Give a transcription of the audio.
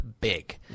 big